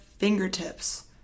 Fingertips